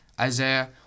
Isaiah